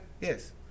Yes